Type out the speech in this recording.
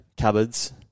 cupboards